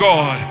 God